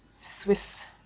Swiss